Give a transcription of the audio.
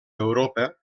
europa